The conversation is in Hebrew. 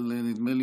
אבל נדמה לי,